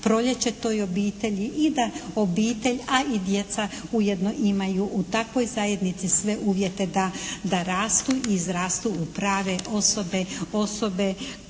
proljeće toj obitelji i da obitelj a i djeca ujedno imaju u takvoj zajednici sve uvjete da rastu i izrastu u prave osobe. Osobe